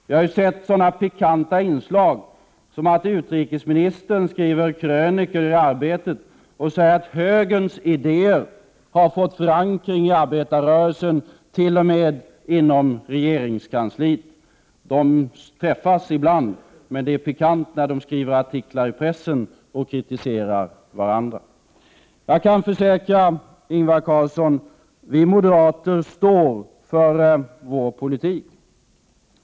Vi har sett sådana pikanta inslag som att utrikesministern skriver krönikor i Arbetet och säger att högerns idéer har fått förankring i arbetarrörelsen, t.o.m. inom regeringskansliet. De träffas ibland, men det är pikant när de skriver artiklar i pressen och kritiserar varandra. Jag kan försäkra Ingvar Carlsson om att vi moderater står för vår politik.